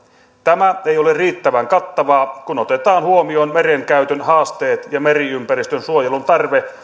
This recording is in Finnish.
tämä ei ole riittävän kattavaa kun otetaan huomioon meren käytön haasteet ja meriympäristön suojelun tarve